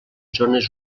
zones